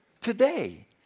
Today